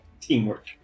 Teamwork